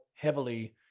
heavily